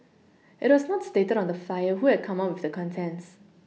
it was not stated on the Flyer who had come up with the contents